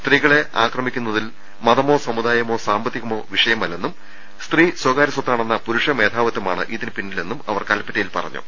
സ്ത്രീകളെ ആക്രമിക്കുന്നതിൽ മതമോ സമുദായമോ സാമ്പത്തികമോ വിഷയമല്ലെന്നും സ്ത്രീ സ്വകാര്യ സ്വത്താണെന്ന പുരുഷ മേധാവിത്വമാണ് ഇതിനു പിന്നി ലെന്നും അവർ കല്പറ്റയിൽ പറഞ്ഞു